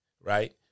right